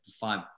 five